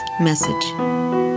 message